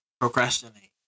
procrastinate